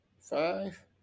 five